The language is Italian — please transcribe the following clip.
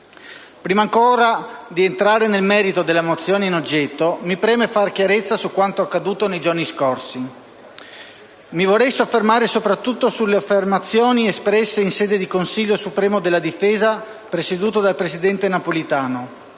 Prima ancora di entrare nel merito della mozione in oggetto, mi preme fare chiarezza su quanto accaduto nei giorni scorsi. Mi vorrei soffermare soprattutto sulle affermazioni espresse in sede di Consiglio supremo di difesa, organo presieduto dal presidente Napolitano.